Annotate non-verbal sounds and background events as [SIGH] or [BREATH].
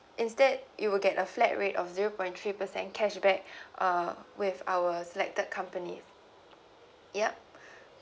instead you will get a flat rate of zero point three percent cashback [BREATH] uh with our selected companies yup [BREATH]